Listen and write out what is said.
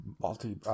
multi